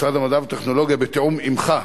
משרד המדע והטכנולוגיה, בתיאום עמך,